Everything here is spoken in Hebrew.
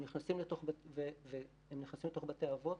הם נכנסים לתוך בתי האבות,